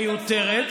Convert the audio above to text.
מיותרת,